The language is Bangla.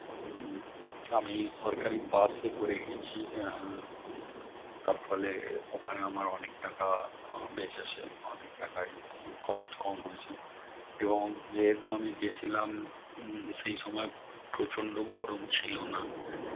আমি সরকারি বাসে করে গেছি তার ফলে ওখানে আমার অনেক টাকা বেঁচেছে অনেক টাকাই খরচ কম হয়েছে এবং যেহেতু আমি গেছিলাম সেই সময় প্রচণ্ড গরম ছিলো না